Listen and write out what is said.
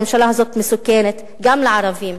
הממשלה הזאת מסוכנת גם לערבים,